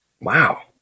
Wow